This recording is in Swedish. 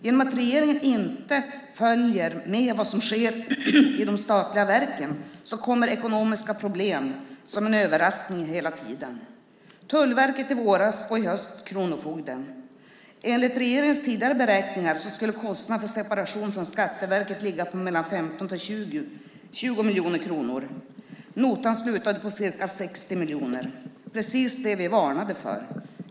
Genom att regeringen inte följer med i vad som sker i de statliga verken kommer hela tiden ekonomiska problem som en överraskning. Det var Tullverket i våras och i höst kronofogden. Enligt regeringens tidigare beräkningar skulle kostnaderna för en separation från Skatteverket ligga på mellan 15 och 20 miljoner kronor. Notan slutade på ca 60 miljoner, precis det vi varnade för.